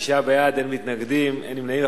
שישה בעד, אין מתנגדים, אין נמנעים.